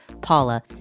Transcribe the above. Paula